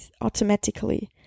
automatically